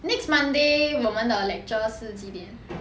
next monday 我们的 lecture 是几点